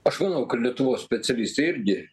aš manau kad lietuvos specialistai irgi